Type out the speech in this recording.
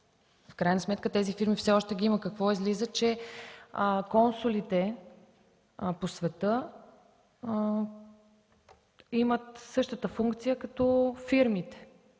В крайна сметка тези фирми все още ги има. Какво излиза, че консулите по света имат същата функция като фирмите,